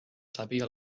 sàpiga